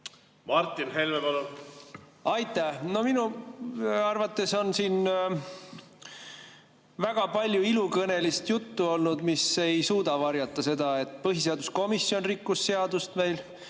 Martin Helme, palun! Aitäh! No minu arvates on siin olnud väga palju ilukõnelist juttu, mis ei suuda varjata seda, et põhiseaduskomisjon rikkus seadust meil,